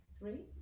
Three